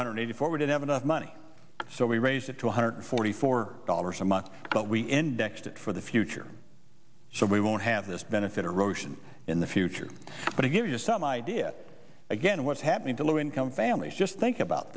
two hundred eighty four we didn't have enough money so we raised it to one hundred forty four dollars a month but we indexed it for the future so we won't have this benefit erosion in the future but to give you some idea again what's happening to low income families just think about